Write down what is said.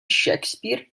shakespeare